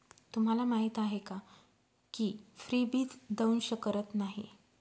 तुम्हाला माहीत आहे का की फ्रीबीज दंश करत नाही